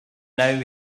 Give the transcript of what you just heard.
now